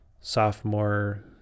sophomore